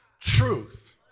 truth